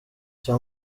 cya